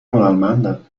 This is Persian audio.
هنرمندم